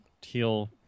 teal